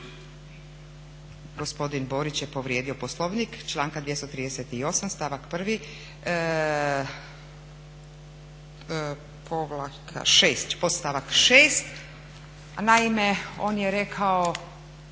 gospodin Borić je povrijedio Poslovnik članka 238. stavak 1. podstavak šest. Naime, on je rekao,